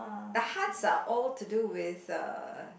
the hearts are all to do with uh